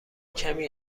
کمی